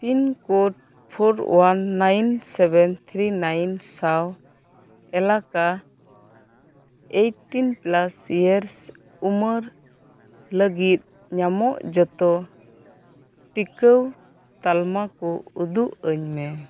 pincode for one nine seven three nine ᱥᱟᱶ ᱮᱞᱟᱠᱟ eighteen plus years ᱩᱢᱮᱨ ᱞᱟᱹᱜᱤᱫ ᱧᱟᱢᱚᱜ ᱡᱚᱛᱚ ᱴᱤᱠᱟᱹ ᱛᱟᱞᱢᱟ ᱠᱚ ᱩᱫᱩᱜ ᱟᱹᱧ ᱢᱮ